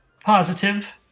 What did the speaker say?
positive